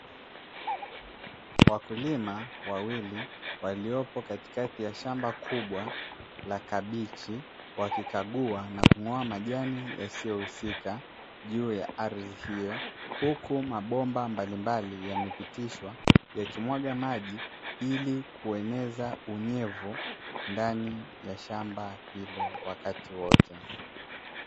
Wakulima wawili waliopo katikati ya shamba kubwa la kabichi, wakikagua na kung'oa majani yasiyohusika juu ya ardhi hiyo, huku mabomba mbalimbali yamepitishwa, yakimwaga maji ili kueneza unyevu ndani ya shamba hilo wakati wote.